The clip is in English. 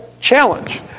challenge